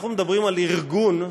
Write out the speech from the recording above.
אנחנו מדברים על ארגון,